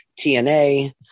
TNA